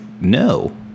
no